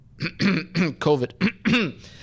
COVID